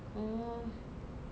oh